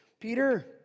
Peter